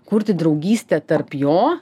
kurti draugystę tarp jo